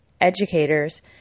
educators